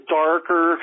darker